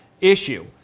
issue